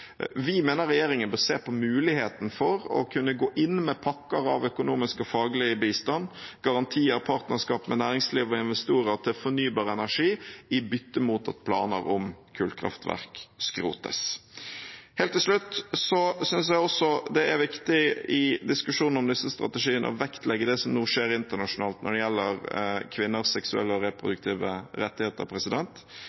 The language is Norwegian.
Vi mener regjeringen bør se på muligheten for å kunne gå inn med pakker av økonomisk og faglig bistand, garantier og partnerskap med næringsliv og investorer til fornybar energi, i bytte mot at planer om kullkraftverk skrotes. Helt til slutt synes jeg også det er viktig i diskusjonen om disse strategiene å vektlegge det som nå skjer internasjonalt når det gjelder kvinners seksuelle og